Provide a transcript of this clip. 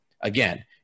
again